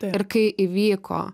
ir kai įvyko